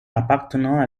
appartenant